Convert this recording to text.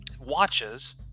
watches